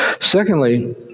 Secondly